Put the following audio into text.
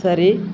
சரி